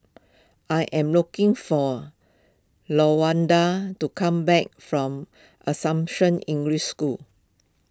I am looking for Lawanda to come back from Assumption English School